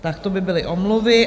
Tak to by byly omluvy.